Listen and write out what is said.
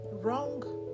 wrong